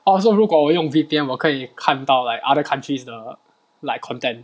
orh so 如果我用 V_P_N 我可以看到 like other countries 的 like content